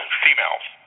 females